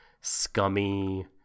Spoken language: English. scummy